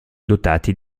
dotati